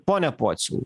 ponia pociau